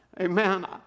Amen